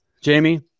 Jamie